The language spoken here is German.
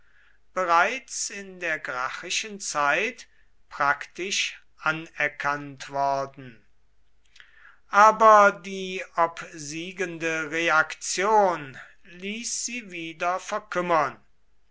bereits in der gracchischen zeit praktisch anerkannt worden aber die obsiegende reaktion ließ sie wieder verkümmern